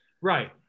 Right